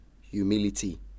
humility